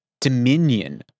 dominion